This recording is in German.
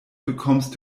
bekommst